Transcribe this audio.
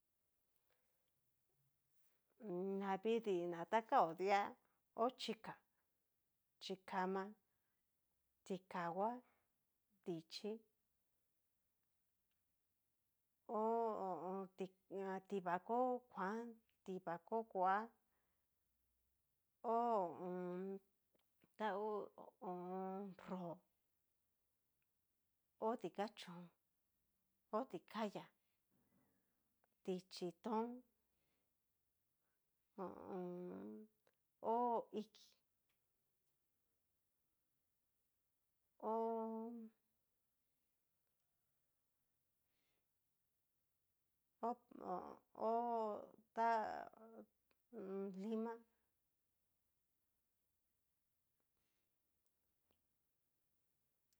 Na vidii na kao dia hó chika, chikama, dichí ho o on. ti tivako kuan, tivako kua, ho o on. tangu ho o on. nró'o, oti kachón, ho tikayá, dichí tón ho o on. hó ikí, hó ho o tá limá.